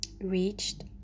reached